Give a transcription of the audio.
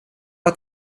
att